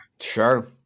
Sure